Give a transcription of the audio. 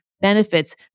benefits